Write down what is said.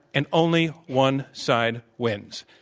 and only one side wins.